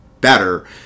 better